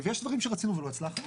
יש דברים שרצינו ולא הצלחנו,